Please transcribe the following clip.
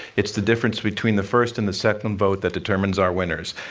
it's the difference between the first and the second vote that determines our winners.